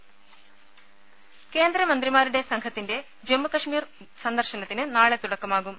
രുമ കേന്ദ്രമന്ത്രിമാരുടെ സംഘത്തിന്റെ ജമ്മുകശ്മീർ സന്ദർശനത്തിന് നാളെ തുടക്കമാകും